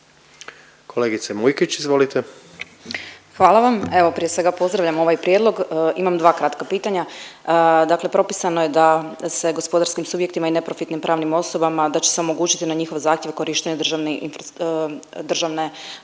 izvolite. **Mujkić, Ivana (DP)** Hvala vam. Evo, prije svega, pozdravljam ovaj prijedlog. Imam dva kratka pitanja. Dakle propisano je da se gospodarskim subjektima i neprofitnim pravnim osobama, da će se omogućiti na njihov zahtjev korištenje državne